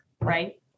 right